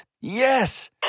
Yes